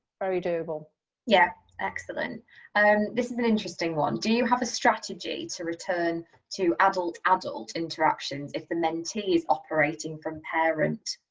very doable yeah. excellent and this is an interesting one do you have a strategy to return to adult, adult interactions if the mentee is operating from,